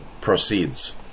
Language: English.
proceeds